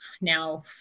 now